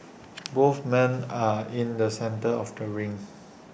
both men are in the centre of the ring